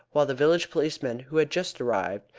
while the village policeman, who had just arrived,